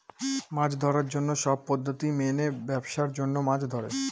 মাছ ধরার জন্য সব পদ্ধতি মেনে ব্যাবসার জন্য মাছ ধরে